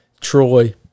Troy